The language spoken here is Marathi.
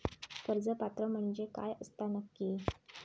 कर्ज पात्र म्हणजे काय असता नक्की?